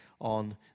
on